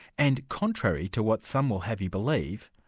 and contrary to what some will have you believe,